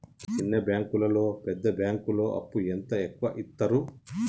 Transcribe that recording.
చిన్న బ్యాంకులలో పెద్ద బ్యాంకులో అప్పు ఎంత ఎక్కువ యిత్తరు?